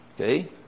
Okay